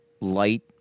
light